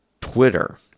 Twitter